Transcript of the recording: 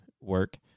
work